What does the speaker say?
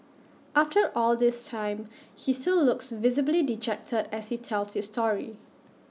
after all this time he still looks visibly dejected as he tells this story